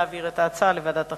להעביר את ההצעה לוועדת החינוך.